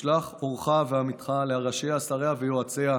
ושלח אורך ואמיתך לראשיה, שריה ויועציה,